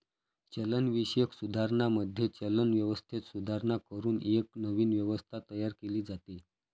चलनविषयक सुधारणांमध्ये, चलन व्यवस्थेत सुधारणा करून एक नवीन व्यवस्था तयार केली जाते